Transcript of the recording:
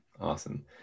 Awesome